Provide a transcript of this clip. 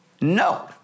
No